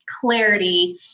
clarity